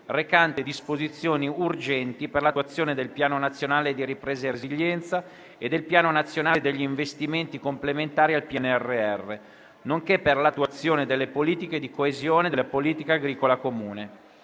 recante disposizioni urgenti per l'attuazione del Piano nazionale di ripresa e resilienza (PNRR) e del Piano nazionale degli investimenti complementari al PNRR (PNC), nonché per l'attuazione delle politiche di coesione e della politica agricola comune;